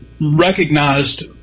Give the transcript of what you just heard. recognized